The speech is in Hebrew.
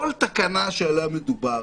כל תקנה שעליה מדובר